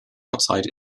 outside